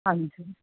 ਹਾਂਜੀ